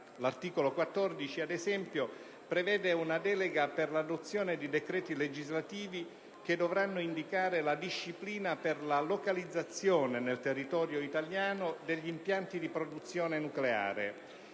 L'articolo 14, ad esempio, prevede una delega per l'adozione di decreti legislativi che dovranno indicare la disciplina per la localizzazione nel territorio italiano degli impianti di produzione dell'energia